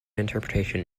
interpretation